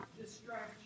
distraction